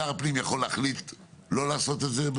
שר הפנים יכול להחליט לא לעשות את זה?